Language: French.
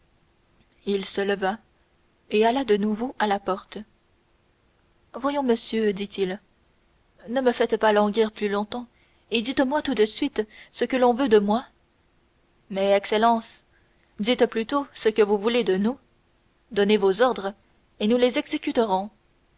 il se leva et alla de nouveau à la porte voyons monsieur dit-il ne me faites pas languir plus longtemps et dites-moi tout de suite ce que l'on veut de moi mais excellence dites plutôt ce que vous voulez de nous donnez vos ordres et nous les exécuterons